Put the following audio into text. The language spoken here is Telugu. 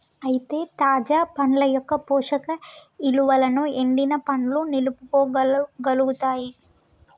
అయితే తాజా పండ్ల యొక్క పోషక ఇలువలను ఎండిన పండ్లు నిలుపుకోగలుగుతాయి